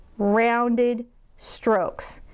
rounded strokes.